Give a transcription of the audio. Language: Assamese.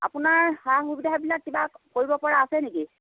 আপোনাৰ সা সুবিধা বিলাক কিবা কৰিব পৰা আছে নেকি